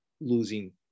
losing